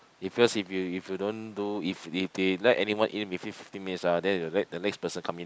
because if you if you don't do if they they let everyone in within fifteen minutes ah then they will let the next person come in